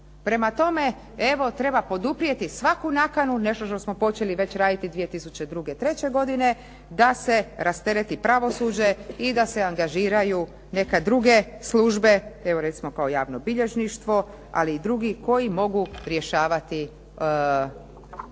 Prema tome, evo treba poduprijeti svaku nakanu, nešto što smo počeli već raditi 2002. i 2003. godine, da se rastereti pravosuđe i da se angažiraju neke druge službe. Evo recimo kao javnobilježništvo, ali i drugi koji mogu rješavati